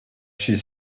she